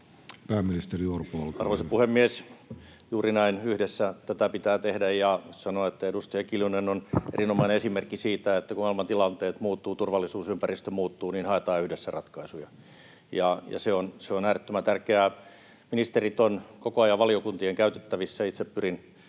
Time: 16:37 Content: Arvoisa puhemies! Juuri näin, yhdessä, tätä pitää tehdä, ja sanon, että edustaja Kiljunen on erinomainen esimerkki siitä, että kun maailmantilanteet muuttuvat, turvallisuusympäristö muuttuu, haetaan yhdessä ratkaisuja. Se on äärettömän tärkeää. Ministerit ovat koko ajan valiokuntien käytettävissä, itse pyrin